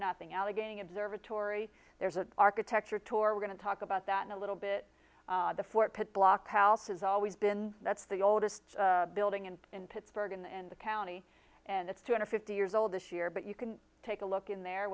nothing else again observatory there's an architecture tour we're going to talk about that in a little bit the fort pitt block house has always been that's the oldest building and in pittsburgh and in the county and it's two hundred fifty years old this year but you can take a look in there